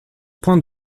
point